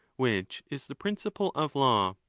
which is the principle of law.